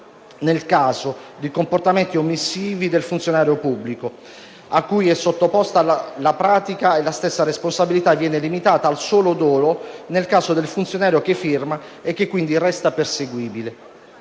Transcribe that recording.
nel caso di comportamenti omissivi del funzionario pubblico a cui è sottoposta la pratica, e la stessa responsabilità viene limitata al solo dolo nel caso del funzionario che firma e che quindi resta perseguibile.